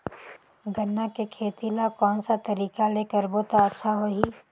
गन्ना के खेती ला कोन सा तरीका ले करबो त अच्छा होही?